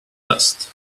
best